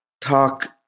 talk